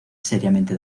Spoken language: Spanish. seriamente